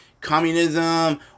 communism